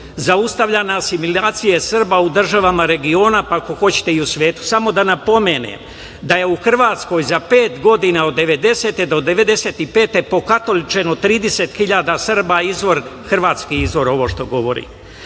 zaustavljana asimilacije Srba u državama regiona, pa ako hoćete i u svetu. Samo da napomenem da je u Hrvatskoj za pet godina, od 1990. do 1995. godine, pokatoličeno 30.000 Srba, hrvatski izvor je ovo što govorim. Dobro